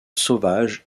sauvage